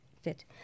fit